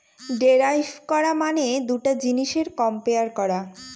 derive করা মানে দুটা জিনিসের কম্পেয়ার করা